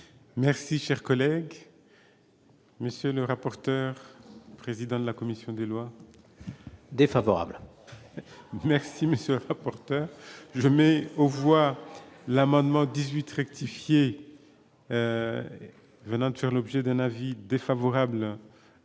Merci, cher collègue. Monsieur le rapporteur, le président de la commission des lois défavorables merci Monsieur je mets au revoir l'amendement 18 rectifier venant de faire l'objet d'un avis défavorable